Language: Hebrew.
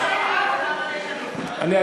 אני,